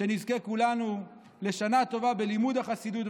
שנזכה כולנו לשנה טובה בלימוד החסידות,